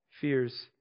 Fears